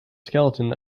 skeleton